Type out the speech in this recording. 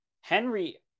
Henry